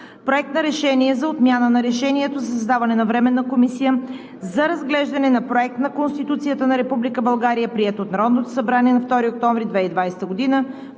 Проект на решение за отмяна на Решението за създаване на Временна комисия за разглеждане на Проект на Конституцията на Република България, прието от Народното събрание на 2 октомври 2020 г.